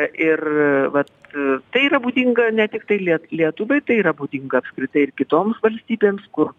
ir vat tai yra būdinga ne tiktai liet lietuvai tai yra būdinga apskritai ir kitoms valstybėms kur